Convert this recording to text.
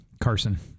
Carson